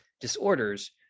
disorders